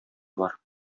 бар